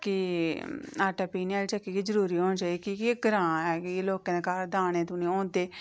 की जरूरत ऐ की के आटा पीह्ने आह्ली चक्की नेईं ऐ इत्थै कि आटा पीह्ने आह्ली चक्की बी जरूरी होनी चाहिदी क्योंकि एह् ग्रां ऐ लोकें दे घर दाने दूने होंदे